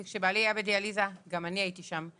כי כשבעלי היה בדיאליזה גם אני הייתי שם,